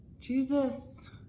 Jesus